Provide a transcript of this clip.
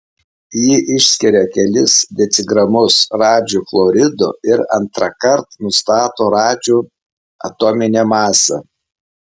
ji išskiria kelis decigramus radžio chlorido ir antrąkart nustato radžio atominę masę